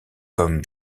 comme